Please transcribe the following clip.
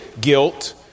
guilt